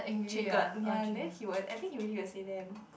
triggered ya then he was I think he ready to said them